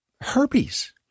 herpes